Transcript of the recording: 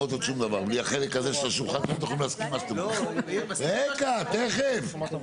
זכות הערר הכללית שכתובה ב-152(א) זה הרואה עצמו נפגע מהחלטה של